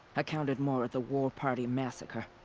counted more at the war party massacre.